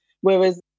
Whereas